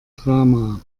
drama